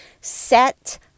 set